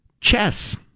chess